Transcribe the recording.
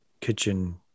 Kitchen